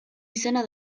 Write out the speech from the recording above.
izena